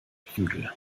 prügel